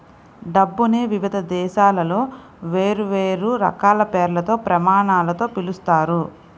డబ్బుని వివిధ దేశాలలో వేర్వేరు రకాల పేర్లతో, ప్రమాణాలతో పిలుస్తారు